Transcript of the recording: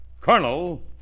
Colonel